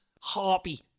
harpy